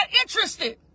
interested